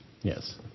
Yes